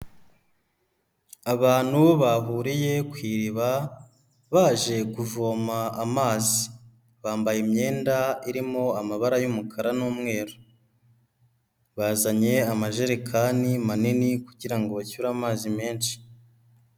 Abantu bahuriye ku iriba baje kuvoma amazi, bambaye imyenda irimo amabara y'umukara n'umweru, bazanye amajerekani manini kugira ngo bacyure amazi menshi.